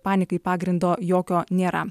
panikai pagrindo jokio nėra